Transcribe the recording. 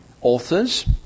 authors